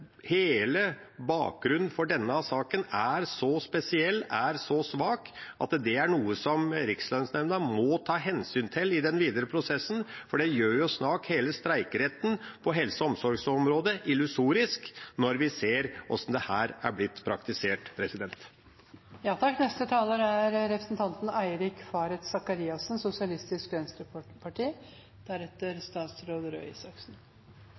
hele bakgrunnen for denne saken er så spesiell, så svak, at det er noe Rikslønnsnemnda må ta hensyn til i den videre prosessen, for det gjør jo snart hele streikeretten på helse- og omsorgsområdet illusorisk, når vi ser hvordan det her er blitt praktisert.